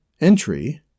entry